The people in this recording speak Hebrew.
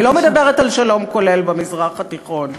אני לא מדברת על שלום כולל במזרח התיכון.